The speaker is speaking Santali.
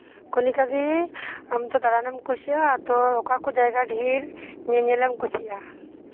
ᱠᱚᱱᱤᱠᱟ ᱫᱤ ᱟᱢᱛᱚ ᱫᱟᱲᱟᱱᱮᱢ ᱠᱩᱥᱤᱭᱟᱜᱼᱟ ᱛᱚ ᱚᱠᱟᱠᱚ ᱡᱟᱭᱜᱟ ᱫᱷᱤᱨ ᱧᱮᱧᱮᱞᱮᱢ ᱠᱩᱥᱤᱭᱟᱜᱼᱟ